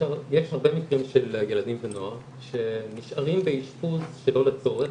הרבה מקרים של ילדים ונוער שנשארים באשפוז שלא לצורך,